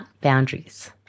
boundaries